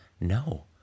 No